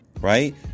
right